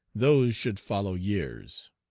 those should follow years.